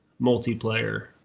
multiplayer